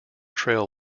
trail